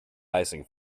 icing